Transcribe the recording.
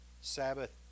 Sabbath